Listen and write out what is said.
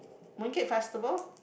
Mooncake Festival